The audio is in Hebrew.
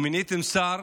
או מיניתם שר